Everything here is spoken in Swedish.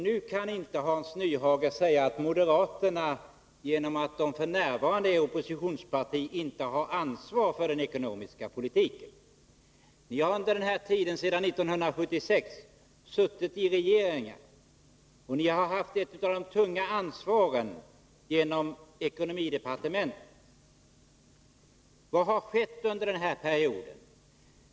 Nu kan inte Hans Nyhage säga att moderaterna eftersom de f. n. är ett oppositionsparti inte har ansvar för den ekonomiska politiken. Ni har under den här tiden sedan 1976 suttit i regeringar, och ni har haft ett av de tunga ansvaren genom ekonomidepartementet. Vad har skett under denna period?